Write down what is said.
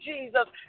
Jesus